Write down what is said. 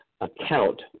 account